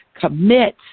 commit